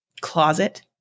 Closet